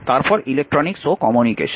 তারপর ইলেকট্রনিক্স ও কমিউনিকেশন